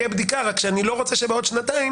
תהיה בדיקה אלא שאני לא רוצה שבעוד שנתיים